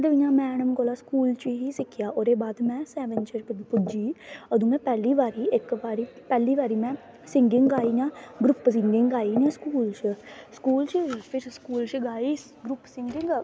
ते इयां मैड़म कोला स्कूल ई सिक्खेआ ओह्दे बाद मोें सैवन्थ च पुज्जी अदूं में पैह्ली बारी इक बारी सिंगिंग गाई ना ग्रुप सिंगिंग गाई स्कूल च स्कूल च किश स्कूल च गाई ग्रुप सिंगिंग